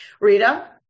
Rita